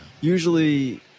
Usually